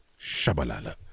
shabalala